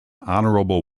honorable